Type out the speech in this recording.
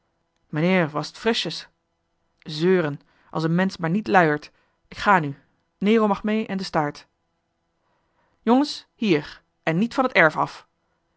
meneer wa's t frischjes zeuren als een mensch maar niet luiert k ga nu nero mag mee en de staart jongens hier en niet van t erf af